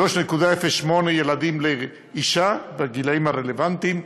3.08 ילדים לאישה בגילים הרלוונטיים,